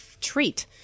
treat